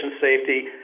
safety